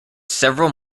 several